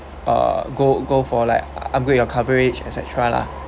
ah go go for like upgrade your coverage etcetera lah